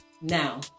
Now